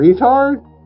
Retard